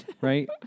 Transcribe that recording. Right